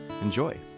Enjoy